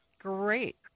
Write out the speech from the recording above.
Great